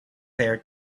there